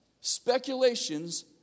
speculations